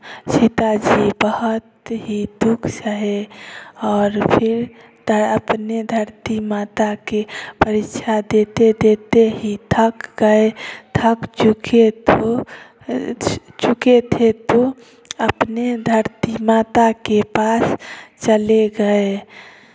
सीताजी बहुत ही दु ख सहे और फिर अपने धरती माता के परीक्षा देते देते ही थक गए थक चुके तो चुके थे तो अपने धरती माता के पास चले गए